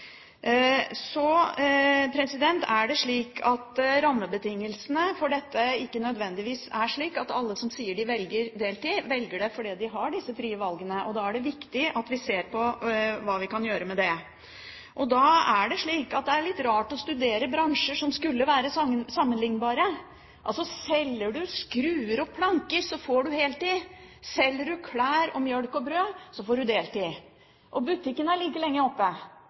Så er rammebetingelsene for dette ikke nødvendigvis slik at alle som sier de velger deltid, velger det fordi de har disse frie valgene. Da er det viktig at vi ser på hva vi kan gjøre med det. Så er det litt rart å studere bransjer som skulle være sammenliknbare. Altså: Selger man skruer og planker, får man heltid. Selger man klær, melk og brød, får man deltid. Og butikkene er like lenge